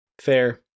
Fair